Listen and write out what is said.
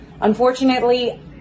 unfortunately